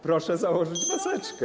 Proszę założyć maseczkę.